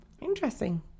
Interesting